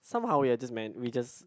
somehow we are just man we just